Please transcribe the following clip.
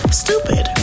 stupid